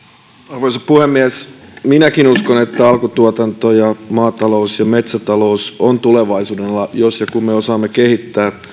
arvoisa puhemies minäkin uskon että alkutuotanto maatalous ja metsätalous on tulevaisuuden ala jos ja kun me osaamme kehittää